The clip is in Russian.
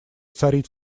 царит